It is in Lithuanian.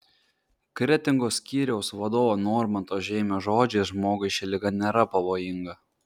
kretingos skyriaus vadovo normanto žeimio žodžiais žmogui ši liga nėra pavojinga